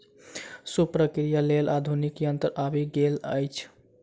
सूप प्रक्रियाक लेल आधुनिक यंत्र आबि गेल अछि